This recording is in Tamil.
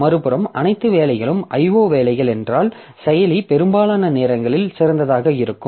மறுபுறம் அனைத்து வேலைகளும் IO வேலைகள் என்றால் செயலி பெரும்பாலான நேரங்களில் சிறந்ததாக இருக்கும்